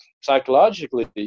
psychologically